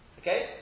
Okay